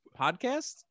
podcast